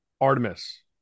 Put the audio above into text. Artemis